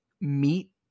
Meet